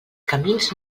camins